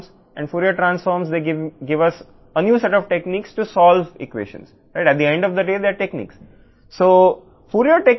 కాబట్టి మనం ఫోరియర్ ట్రాన్స్ఫార్మ్లను తీసుకోవచ్చు అవి ఈక్వేషన్లను పరిష్కరించడానికి కొత్త టెక్నిక్లను అందిస్తాయి